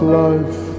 life